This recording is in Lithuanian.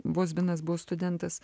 vozbinas buvo studentas